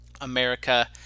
America